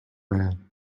man